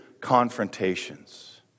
confrontations